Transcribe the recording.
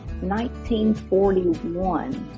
1941